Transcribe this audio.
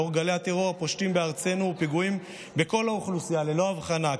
לאור גלי הטרור הפושטים בארצנו ופוגעים בכל האוכלוסייה ללא הבחנה,